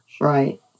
Right